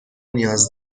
نیاز